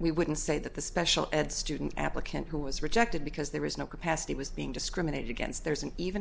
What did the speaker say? we wouldn't say that the special ed student applicant who was rejected because there is no capacity was being discriminated against there is an even